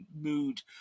mood